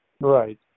Right